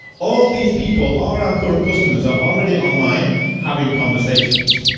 all these people are our current customers are already online having conversations.